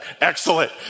Excellent